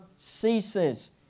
ceases